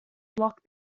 block